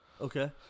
Okay